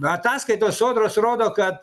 ataskaitos sodros rodo kad